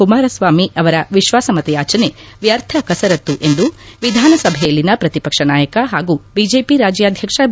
ಕುಮಾರಸ್ವಾಮಿ ಅವರ ವಿಶ್ವಾಸಮತ ಯಾಚನೆ ವ್ಯರ್ಥ ಕಸರತ್ತು ಎಂದು ವಿಧಾನಸಭೆಯಲ್ಲಿನ ಪ್ರತಿಪಕ್ಷ ನಾಯಕ ಹಾಗೂ ಬಿಜೆಪಿ ರಾಜ್ಯಾಧ್ಯಕ್ಷ ಬಿ